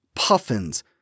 Puffins